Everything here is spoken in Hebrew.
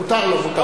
מותר לו.